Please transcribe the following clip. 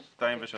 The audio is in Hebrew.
(2) ו-(3).